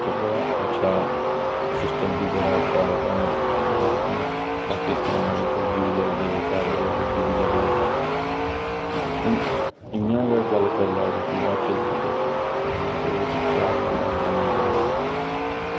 जेह्का अच्छा सिस्टम बी बड़ा अच्छा साढ़ा अपना पाकिस्तान आह्ले फौजी बी लभदे ते साढ़े फौजी बी लभदे हून इंया गै गल्ल करी लैओ तुस हिमाचल दी ते हिमाचल बिच चार माताएं दा मंदिर ऐ